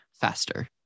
faster